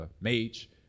Mage